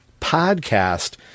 podcast